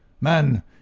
Man